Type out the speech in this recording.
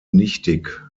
nichtig